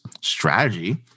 strategy